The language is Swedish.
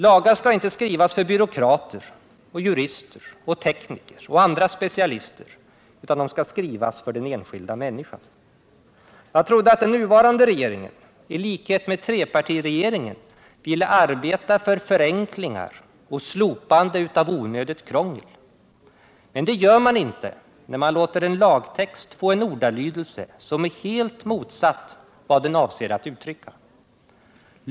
Lagar skall inte skrivas för byråkrater, jurister, tekniker och andra specialister, utan de skall skrivas för den enskilda människan. Jag trodde den nuvarande regeringen i likhet med trepartiregeringen ville arbeta för förenklingar och slopande av onödigt krångel. Men det gör man inte när man låter en lagtext få en ordalydelse som är helt motsatt den man avser att uttrycka.